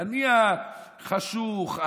אני החשוך,